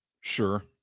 Sure